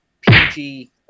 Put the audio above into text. PG